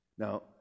Now